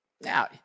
Now